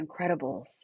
Incredibles